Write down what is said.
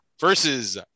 versus